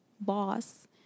boss